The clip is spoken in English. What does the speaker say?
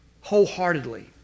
wholeheartedly